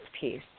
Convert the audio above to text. piece